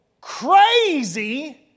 crazy